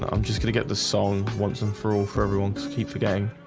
i'm just gonna get the song once and for all for everyone to keep the gang